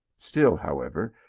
still, however,